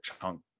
chunk